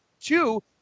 two